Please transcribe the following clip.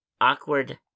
awkward